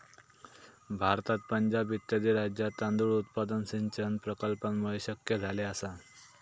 भारतात पंजाब इत्यादी राज्यांत तांदूळ उत्पादन सिंचन प्रकल्पांमुळे शक्य झाले आसा